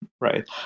right